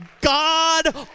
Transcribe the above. God